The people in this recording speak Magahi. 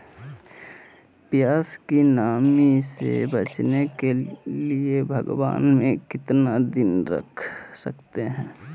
प्यास की नामी से बचने के लिए भगवान में कितना दिन रख सकते हैं?